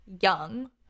young